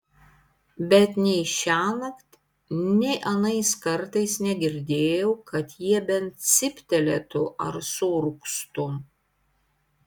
bet nei šiąnakt nei anais kartais negirdėjau kad jie bent cyptelėtų ar suurgztų